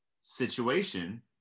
situation